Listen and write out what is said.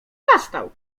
zastał